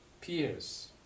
peers